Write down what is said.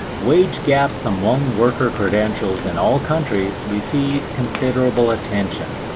wage gaps among worker credentials in all countries receive considerable attention.